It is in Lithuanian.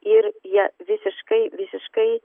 ir jie visiškai visiškai